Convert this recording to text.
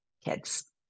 kids